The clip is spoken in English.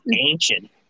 ancient